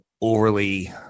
overly